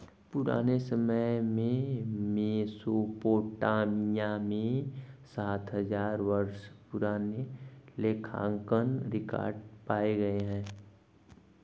पुराने समय में मेसोपोटामिया में सात हजार वर्षों पुराने लेखांकन रिकॉर्ड पाए गए हैं